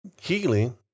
healing